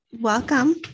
Welcome